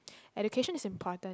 education is important